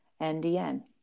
NDN